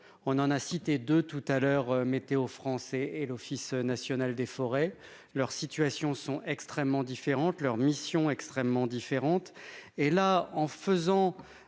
on en a cité de tout à l'heure, météo France et l'Office national des forêts, leur situation sont extrêmement différentes, leur mission extrêmement différentes et là, en faisant